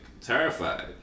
terrified